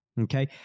okay